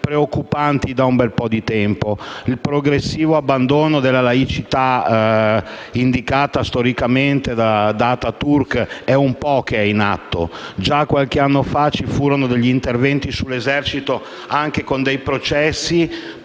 preoccupanti da un bel po' di tempo. Il progressivo abbandono della laicità, indicata storicamente da Ataturk, è in atto da un po'. Già qualche anno fa vi furono degli interventi sull'esercito, anche con dei processi,